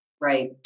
right